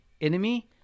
enemy